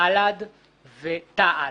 בל"ד ותע"ל).